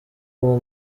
uwo